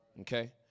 Okay